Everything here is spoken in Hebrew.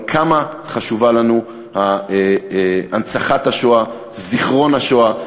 כמה חשובה לנו הנצחת זיכרון השואה,